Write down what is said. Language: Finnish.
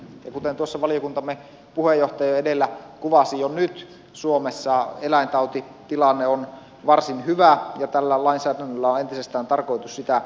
ja kuten tuossa valiokuntamme puheenjohtaja jo edellä kuvasi jo nyt suomessa eläintautitilanne on varsin hyvä ja tällä lainsäädännöllä on entisestään tarkoitus sitä parantaa